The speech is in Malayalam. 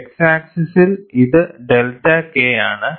X ആക്സിസിൽ ഇത് ഡെൽറ്റ K ആണ്